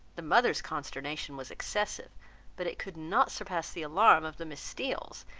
the mother's consternation was excessive but it could not surpass the alarm of the miss steeles,